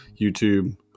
YouTube